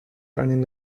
einen